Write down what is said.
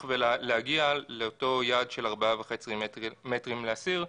ולהגיע לאותו יעד של 4.5 מ"ר לאסיר,